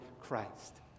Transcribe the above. Christ